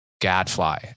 gadfly